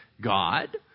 God